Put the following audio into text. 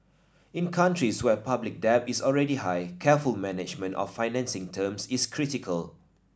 in countries where public debt is already high careful management of financing terms is critical